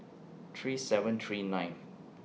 three seven three nine